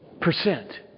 percent